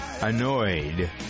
annoyed